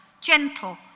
gentle